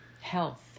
health